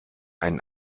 einen